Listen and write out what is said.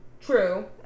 True